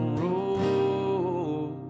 road